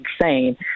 insane